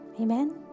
Amen